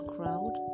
Crowd